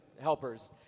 helpers